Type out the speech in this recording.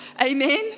Amen